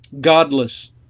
godless